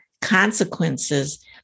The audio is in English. consequences